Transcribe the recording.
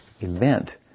event